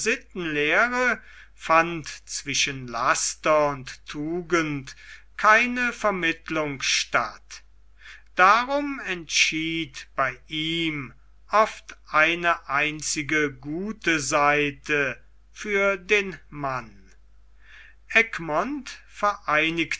sittenlehre fand zwischen laster und tugend keine vermittlung statt darum entschied bei ihm oft eine einzige gute seite für den mann egmont vereinigte